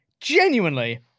genuinely